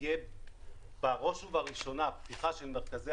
תהיה בראש ובראשונה פתיחה של מרכזי